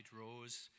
rose